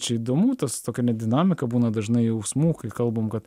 čia įdomu tas tokia ne dinamika būna dažnai jausmų kai kalbam kad